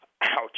Ouch